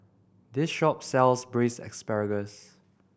this shop sells Braised Asparagus